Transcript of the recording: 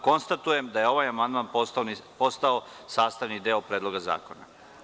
Konstatujem da je ovaj amandman postao sastavni deo Predloga zakona.